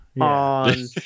on